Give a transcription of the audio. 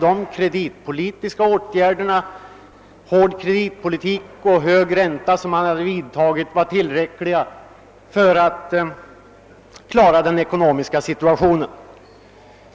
De kreditpolitiska åtgärder — hårda kreditrestriktioner och höjd ränta — som man hade vidtagit var tillräckliga för att klara den ekonomiska situatio nen.